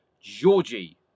Georgie